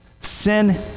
Sin